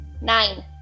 Nine